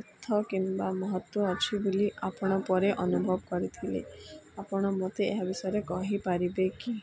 ଅର୍ଥ କିମ୍ବା ମହତ୍ତ୍ୱ ଅଛି ବୋଲି ଆପଣ ପରେ ଅନୁଭବ କରିଥିଲେ ଆପଣ ମତେ ଏହା ବିଷୟରେ କହିପାରିବେ କି